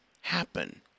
happen